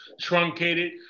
truncated